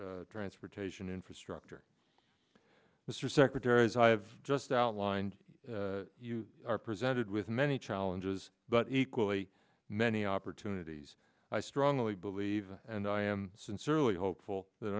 d transportation infrastructure mr secretary as i've just outlined you are presented with many challenges but equally many opportunities i strongly believe and i am sincerely hopeful that